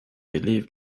believe